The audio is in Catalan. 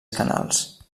canals